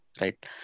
right